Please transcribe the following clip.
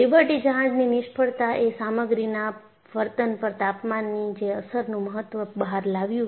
liberty જહાજની નિષ્ફળતાએ સામગ્રીના વર્તન પર તાપમાનની જે અસરનું મહત્વ બહાર લાવ્યું